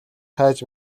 хайж